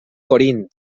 corint